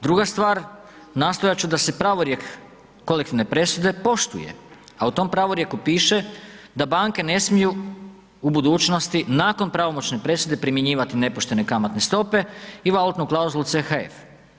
Druga stvar nastojat ću da se pravorijek kolektivne presude poštuje, a u tom pravorijeku piše da banke ne smiju u budućnosti nakon pravomoćne presude, primjenjivati nepoštene kamatne stope i valutnu klauzulu CHF.